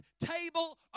table